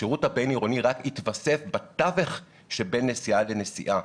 השירות הבין עירוני רק יתווסף בתווך שבין נסיעה לנסיעה.